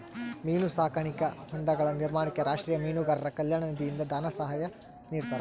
ಮೀನು ಸಾಕಾಣಿಕಾ ಹೊಂಡಗಳ ನಿರ್ಮಾಣಕ್ಕೆ ರಾಷ್ಟೀಯ ಮೀನುಗಾರರ ಕಲ್ಯಾಣ ನಿಧಿಯಿಂದ ಸಹಾಯ ಧನ ನಿಡ್ತಾರಾ?